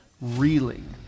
reeling